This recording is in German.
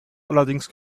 allerdings